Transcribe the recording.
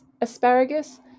asparagus